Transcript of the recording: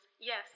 yes